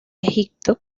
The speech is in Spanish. egipto